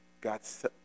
God's